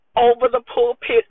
over-the-pulpit